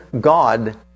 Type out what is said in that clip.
God